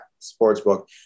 Sportsbook